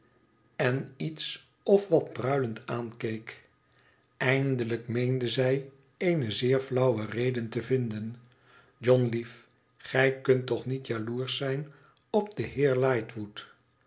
en iets of wat pruilend aankeek eindelijk meende zij eene zeer flauwe reden te vinden john lief gij kunt toch niet jaloersch zijn op den heer